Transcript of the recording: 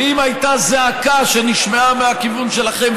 ואם הייתה זעקה שנשמעה מהכיוון שלכם,